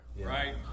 right